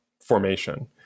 formation